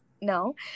no